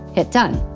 hit done.